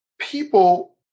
people